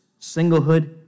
singlehood